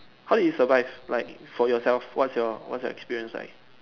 how did you survive like for yourself what's your what's your experience like